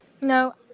No